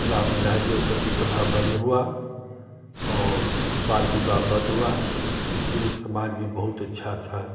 लाभ मिला है जो सती प्रथा बन्द हुआ और बाल विवाह बन्द हुआ इससे समाज में बहुत अच्छा सा